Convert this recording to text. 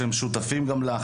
נשמע שהם שותפים גם להחלטות.